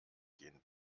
gehen